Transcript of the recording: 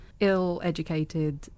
ill-educated